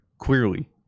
Clearly